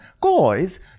guys